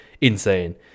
insane